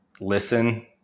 listen